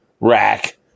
rack